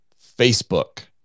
facebook